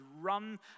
run